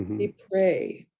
we pray.